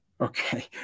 Okay